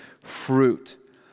fruit